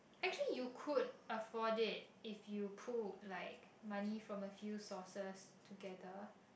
actually you could afford it if you put like money from a few sources to get the